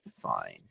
fine